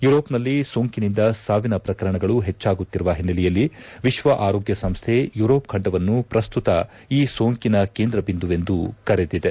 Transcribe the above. ಯೂರೋಪ್ನಲ್ಲಿ ಸೋಂಕಿನಿಂದ ಸಾವಿನ ಪ್ರಕರಣಗಳು ಹೆಚ್ಚಾಗುತ್ತಿರುವ ಹಿನ್ನೆಲೆಯಲ್ಲಿ ವಿಶ್ವ ಆರೋಗ್ಯ ಸಂಸ್ಟೆ ಯೂರೋಪ್ ಖಂಡವನ್ನು ಪ್ರಸ್ತುತ ಈ ಸೋಂಕಿನ ಕೇಂದ್ರ ಬಿಂದುವೆಂದು ಕರೆದಿದೆ